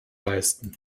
leisten